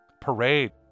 parade